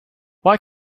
why